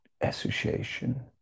association